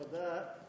תודה.